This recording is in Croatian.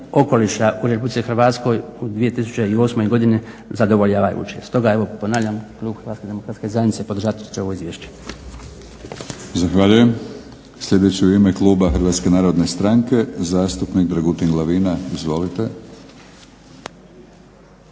okoliša u Republici Hrvatskoj u 2008. godini zadovoljavajuće. Stoga evo ponavljam klub Hrvatske demokratske zajednice podržati će ovo Izvješće. **Batinić, Milorad (HNS)** Zahvaljujem. Sljedeći je u ime kluba Hrvatske narodne stranke zastupnik Dragutin Glavina. Izvolite.